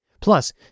Plus